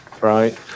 right